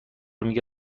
میگه